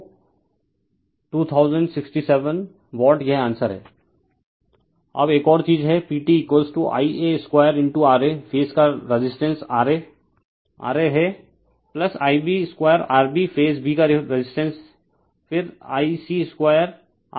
तो 200067 वाट यह आंसर है रिफर स्लाइड टाइम 1655 अब एक और चीज है PT Ia2 RA फेज का रेजिस्टेंस RA हैIb2RB फेज b का रेजिस्टेंस फिर Ic2R C